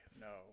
no